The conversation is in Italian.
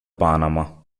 panama